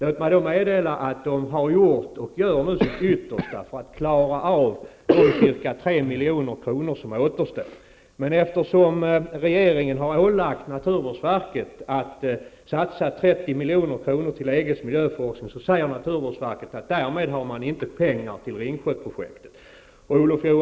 Låt mig då meddela att de har gjort och nu gör sitt yttersta för att klara av de åtgärder för ca 3 milj.kr. som återstår, men eftersom regeringen har ålagt naturvårdsverket att satsa 30 milj.kr. på EG:s miljöforskning säger verket att man därmed inte har pengar till Ringsjöprojektet.